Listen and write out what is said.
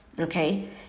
Okay